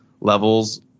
levels